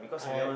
I